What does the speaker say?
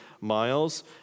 miles